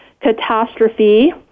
Catastrophe